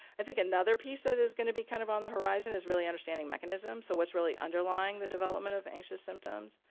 i think another piece that is going to be kind of on horizon is really understanding mechanisms so what's really underlying the development of anxious symptoms,